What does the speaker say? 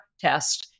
test